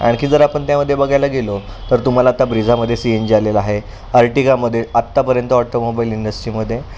आणखी जर आपण त्यामध्ये बघायला गेलो तर तुम्हाला आता ब्रिझामध्ये सी एन जी आलेला आहे आर्टिगामध्ये आत्तापर्यंत ऑटोमोबाईल इंडस्ट्रीमध्ये